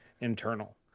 internal